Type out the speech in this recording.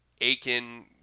Aiken